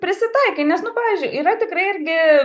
prisitaikai nes nu pavyzdžiui yra tikrai irgi